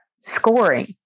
scoring